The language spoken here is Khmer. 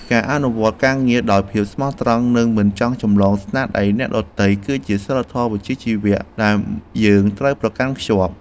ការអនុវត្តការងារដោយភាពស្មោះត្រង់និងមិនចម្លងស្នាដៃអ្នកដទៃគឺជាសីលធម៌វិជ្ជាជីវៈដែលយើងត្រូវប្រកាន់ខ្ជាប់។